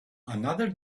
another